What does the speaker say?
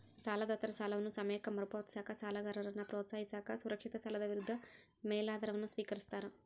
ಸಾಲದಾತರ ಸಾಲವನ್ನ ಸಮಯಕ್ಕ ಮರುಪಾವತಿಸಕ ಸಾಲಗಾರನ್ನ ಪ್ರೋತ್ಸಾಹಿಸಕ ಸುರಕ್ಷಿತ ಸಾಲದ ವಿರುದ್ಧ ಮೇಲಾಧಾರವನ್ನ ಸ್ವೇಕರಿಸ್ತಾರ